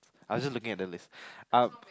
I wasn't looking at the list